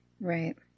Right